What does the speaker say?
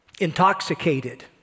intoxicated